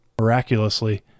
Miraculously